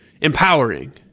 empowering